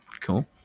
Cool